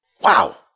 Wow